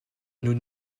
nous